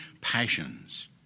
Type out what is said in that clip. passions